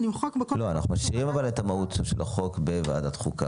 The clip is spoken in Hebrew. אנחנו משאירים את ועדת חוקה,